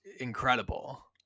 incredible